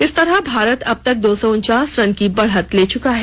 इस तरह भारत अबतक दो सौ उनचास रन की बढ़त ले चुका है